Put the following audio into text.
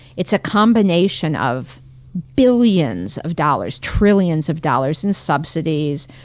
it's a combination of billions of dollars, trillions of dollars in subsidies,